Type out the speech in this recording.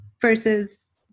versus